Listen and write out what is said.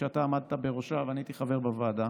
כשאתה עמדת בראשה ואני הייתי חבר בוועדה.